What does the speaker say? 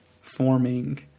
forming